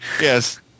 yes